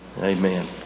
Amen